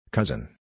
Cousin